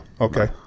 okay